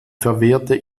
verwehrte